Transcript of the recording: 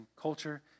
culture